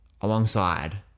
alongside